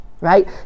right